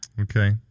Okay